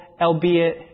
albeit